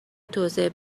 توسعه